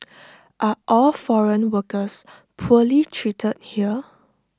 are all foreign workers poorly treated here